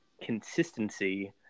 consistency